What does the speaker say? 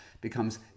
becomes